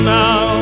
now